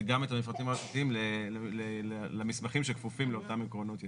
גם את המפרטים הרשותיים למסמכים שכפופים לאותם עקרונות יסוד.